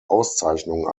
auszeichnung